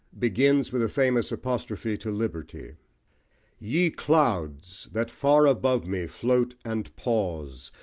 begins with a famous apostrophe to liberty ye clouds! that far above me float and pause,